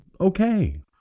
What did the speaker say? okay